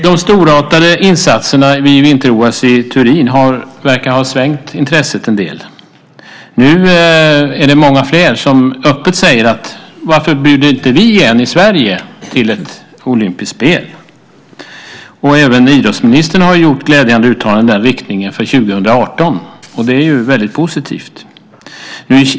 De storartade insatserna i vinter-OS i Turin verkar ha svängt intresset en del. Nu är det många fler som öppet säger: Varför bjuder inte vi i Sverige in till ett olympiskt spel? Även idrottsministern har gjort glädjande uttalanden i den riktningen för 2018, och det är väldigt positivt.